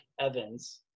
Evans